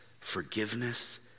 forgiveness